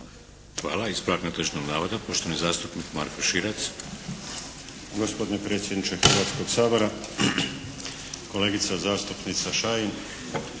Hvala. Ispravak netočnog navoda, poštovani zastupnik Marko Širac. **Širac, Marko (HDZ)** Gospodine predsjedniče Hrvatskog sabora. Kolegica zastupnica Šajin